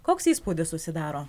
koks įspūdis susidaro